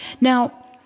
Now